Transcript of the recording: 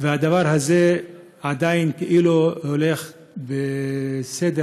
והדבר הזה עדיין כאילו הולך בסדר,